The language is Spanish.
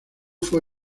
fue